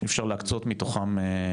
אי אפשר להקצות מתוכם?